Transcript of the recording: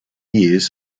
years